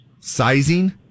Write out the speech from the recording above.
Sizing